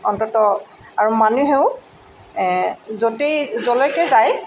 অন্ততঃ আৰু মানুহেও য'তেই য'লৈকে যায়